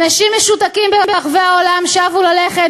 אנשים משותקים ברחבי העולם שבו ללכת